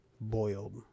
boiled